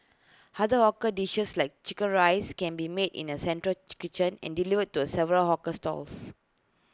other hawker dishes like Chicken Rice can be made in A central chick kitchen and delivered to A several hawker stalls